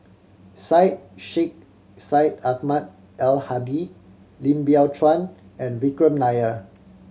Syed Sheikh Syed Ahmad Al Hadi Lim Biow Chuan and Vikram Nair